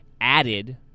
added